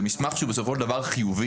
זה מסמך שהוא בסופו של דבר חיובי.